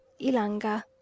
Ilanga